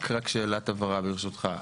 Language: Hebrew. רק שאלת הבהרה, ברשותך.